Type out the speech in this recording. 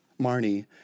Marnie